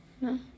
No